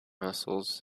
muscles